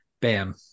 bam